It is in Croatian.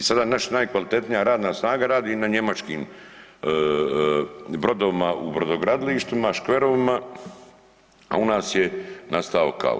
I sada naša najkvalitetnija radna snaga radni na njemačkim brodovima u brodogradilištima, škverovima, a u nas je nastao kaos.